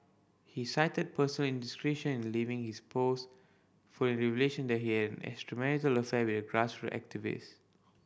he cited personal indiscretion in leaving his post following revelation that he had an extramarital affair with a activist